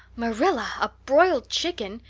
marilla, a broiled chicken!